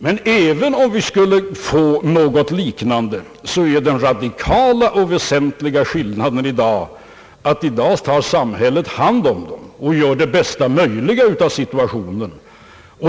Men även om vi skulle få något liknande är den radikala och väsentliga skillnaden att samhället numera tar hand om de arbetslösa och gör det bästa möjliga av situationen.